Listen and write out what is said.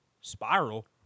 Spiral